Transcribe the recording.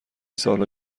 سالها